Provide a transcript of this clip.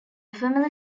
family